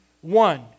one